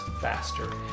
faster